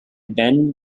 ben